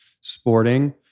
sporting